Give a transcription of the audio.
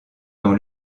dans